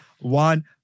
one